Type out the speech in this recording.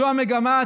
זו המגמה,